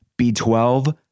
B12